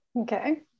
Okay